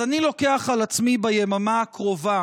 אז אני לוקח על עצמי ביממה הקרובה